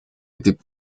этой